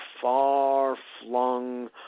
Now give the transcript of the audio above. far-flung